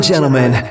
gentlemen